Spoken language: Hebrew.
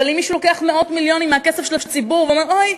אבל אם מישהו לוקח מאות מיליונים מהכסף של הציבור ואומר: אוי,